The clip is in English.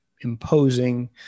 imposing